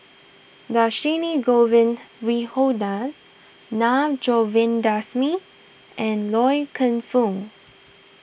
Dhershini Govin Winodan Naa Govindasamy and Loy Keng Foo